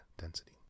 density